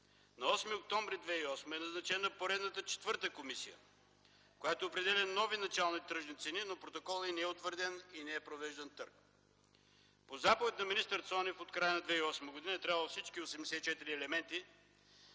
На 8 октомври 2008 г. е назначена поредната четвърта комисия, която определя нови начални тръжни цени, но протоколът й не е утвърден и не е провеждан търг. По заповед на министър Цонев, от края на 2008 г. е трябвало всички 84 елементи